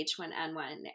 H1N1